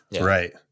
Right